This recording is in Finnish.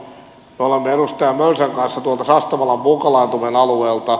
me olemme edustaja mölsän kanssa tuolta sastamalan punkalaitumen alueelta